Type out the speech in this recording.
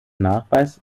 nachweis